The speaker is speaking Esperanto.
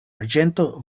arĝento